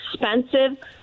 expensive